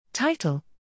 Title